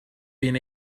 been